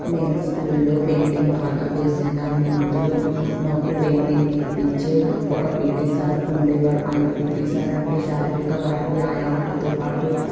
నేను స్కూల్లో పెయింటింగ్ బాగా వేసేదాన్ని ఇందులో మాకు పెయింటింగ్ నేర్పించే ఒక పిటి సార్ ఉండే వారు ఆయన పిటి సారంటే శారీరిక వ్యాయామాలతో పాటు